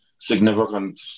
significant